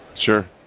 Sure